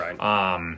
right